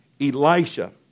Elisha